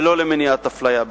ולא למניעת אפליה בכלל.